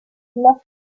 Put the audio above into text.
los